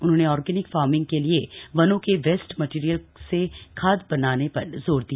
उन्होंने organic farming के लिए वनों के वेस्ट मटीरियल से खाद बनाने पर जोर दिया